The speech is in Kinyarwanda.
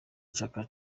chaka